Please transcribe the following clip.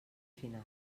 final